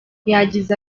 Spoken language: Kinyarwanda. yagize